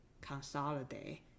consolidate